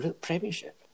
Premiership